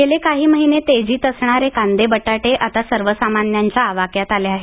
गेले काही महिने तेजीत असणारे कांदे बटाटे आता सर्वसामान्यांच्या आवाक्यात आले आहेत